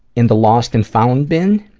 in the lost and found bin,